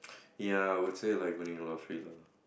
ya I would say like winning lottery lah